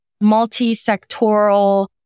multi-sectoral